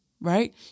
right